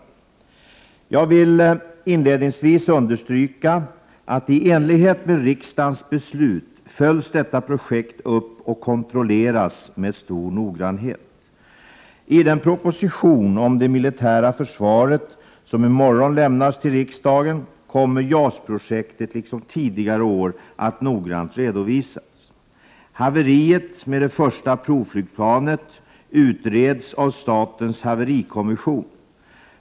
Jag vill inledningsvis understryka att i enlighet med riksdagens beslut följs detta projekt upp och kontrolleras med stor noggrannhet. I den proposition om det militära försvaret som i morgon lämnas till riksdagen kommer JAS-projektet liksom tidigare år att noggrant redovisas. Haveriet med det första provflygplanet utreds av statens haverikommission.